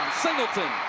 singleton.